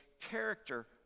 character